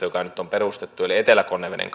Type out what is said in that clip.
joka nyt on perustettu eli etelä konneveden